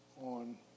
on